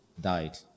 died